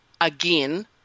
again